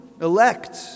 elect